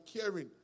caring